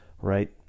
right